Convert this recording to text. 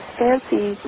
fancy